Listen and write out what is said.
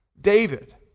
David